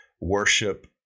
worship